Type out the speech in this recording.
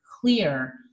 clear